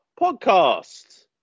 podcast